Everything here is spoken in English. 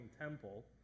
temple